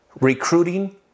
recruiting